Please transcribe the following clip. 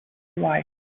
why